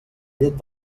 llet